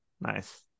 Nice